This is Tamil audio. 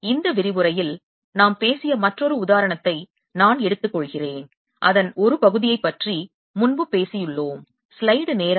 இந்த விரிவுரையில் நாம் பேசிய மற்றொரு உதாரணத்தை நான் எடுத்துக்கொள்கிறேன் அதன் ஒரு பகுதியைப் பற்றி முன்பு பேசியுள்ளோம்